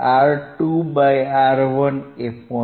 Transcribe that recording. R2 by R1 એ 0